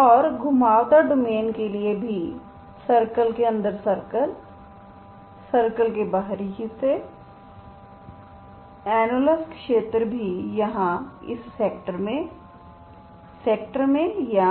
और घुमावदार डोमेन के लिए भी सर्कल के अंदर सर्कल सर्कल के बाहरी हिस्से एनलस क्षेत्र भी यहां इस सेक्टर में सेक्टर में या